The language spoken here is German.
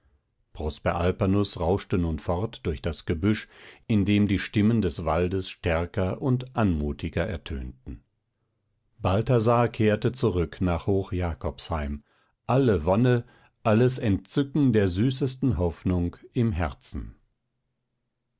prosper alpanus rauschte nun fort durch das gebüsch indem die stimmen des waldes stärker und anmutiger ertönten balthasar kehrte zurück nach hoch jakobsheim alle wonne alles entzücken der süßesten hoffnung im herzen